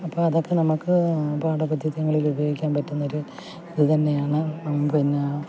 അപ്പോൾ അതൊക്കെ നമുക്ക് പാഠ്യപദ്ധതികളിൽ ഉപയോഗിക്കാൻ പറ്റുന്നൊരു ഇതുതന്നെയാണ് പിന്നെ